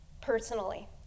personally